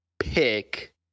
pick